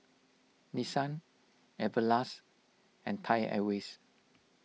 Nissan Everlast and Thai Airways